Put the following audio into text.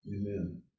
Amen